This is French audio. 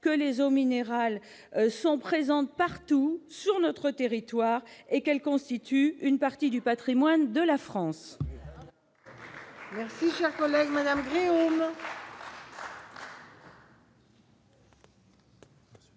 que les eaux minérales sont présentes partout sur notre territoire et qu'elles constituent une partie du patrimoine de la France.